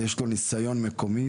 יש לו ניסיון מקומי.